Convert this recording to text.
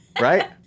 Right